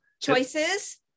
Choices